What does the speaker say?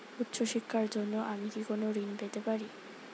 উচ্চশিক্ষার জন্য আমি কি কোনো ঋণ পেতে পারি?